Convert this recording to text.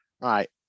right